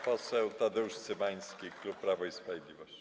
Poseł Tadeusz Cymański, klub Prawo i Sprawiedliwość.